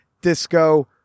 disco